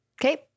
Okay